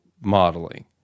modeling